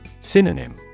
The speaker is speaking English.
Synonym